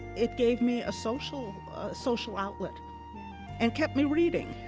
it gave me a social social outlet and kept me reading.